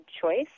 choice